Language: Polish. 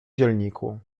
zielniku